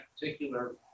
particular